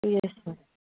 yes sir